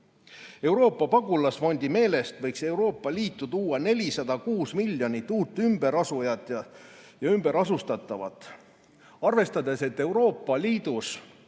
Euroopa Pagulasfondi meelest võiks Euroopa Liitu tuua 406 miljonit uut ümberasujat ja ümberasustatavat. Arvestades, et Euroopas